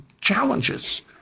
challenges